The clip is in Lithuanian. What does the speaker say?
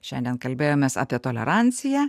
šiandien kalbėjomės apie toleranciją